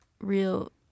real